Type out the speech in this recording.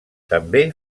també